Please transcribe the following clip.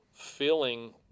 feeling